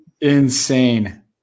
Insane